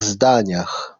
zdaniach